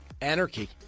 anarchy